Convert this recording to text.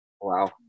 Wow